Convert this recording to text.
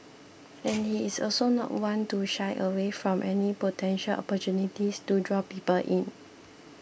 and he is also not one to shy away from any potential opportunity to draw people in